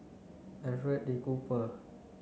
Alfred Cooper